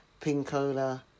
Pinkola